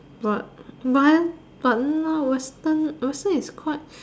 but buy but now Western Western is quite